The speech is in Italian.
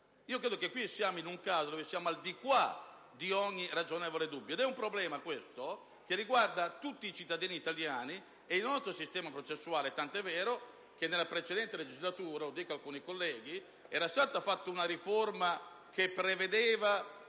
in questo caso siamo al di qua e non al di là di ogni ragionevole dubbio, ed è un problema, questo, che riguarda tutti i cittadini italiani e il nostro sistema processuale, tant'è vero che nella precedente legislatura - lo dico ad alcuni colleghi - era stata già fatta una riforma che prevedeva